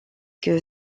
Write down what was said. que